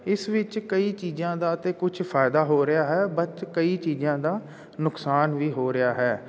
ਇਸ ਵਿੱਚ ਕਈ ਚੀਜ਼ਾਂ ਦਾ ਤਾਂ ਕੁਛ ਫਾਇਦਾ ਹੋ ਰਿਹਾ ਹੈ ਬਟ ਕਈ ਚੀਜ਼ਾਂ ਦਾ ਨੁਕਸਾਨ ਵੀ ਹੋ ਰਿਹਾ ਹੈ